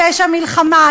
לפשע מלחמה,